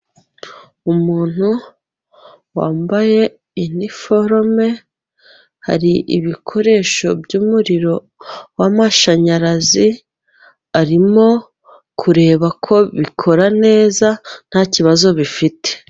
Umuntu wambaye iniforume，hari ibikoresho by’umuriro w’amashanyarazi， arimo kureba ko bikora neza， nta kibazo bifite.